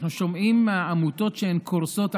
אנחנו שומעים מהעמותות שהן קורסות,